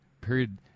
period